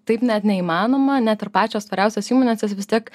taip net neįmanoma net ir pačios tvariausios įmonės jos vis tiek